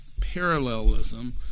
parallelism